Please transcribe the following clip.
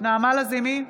נעמה לזימי,